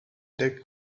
that